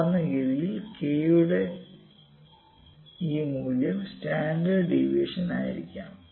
സാധാരണഗതിയിൽ k യുടെ ഈ മൂല്യം സ്റ്റാൻഡേർഡ് ഡീവിയേഷൻ ആയിരിക്കാം